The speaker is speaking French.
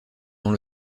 dans